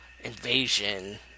Invasion